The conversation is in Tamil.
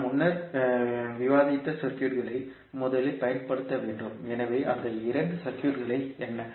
நாம் முன்னர் விவாதித்த சர்க்யூட்களை முதலில் பயன்படுத்த வேண்டும் எனவே அந்த இரண்டு சர்க்யூட்கள் என்ன